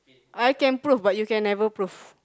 I can prove but you can never prove